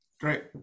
Great